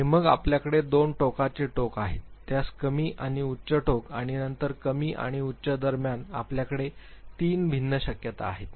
आणि मग आपल्याकडे दोन टोकाचे टोक आहेत त्यास कमी आणि उच्च टोक आणि नंतर कमी आणि उच्च दरम्यान आपल्याकडे तीन भिन्न शक्यता आहेत